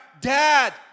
Dad